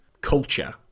culture